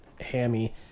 hammy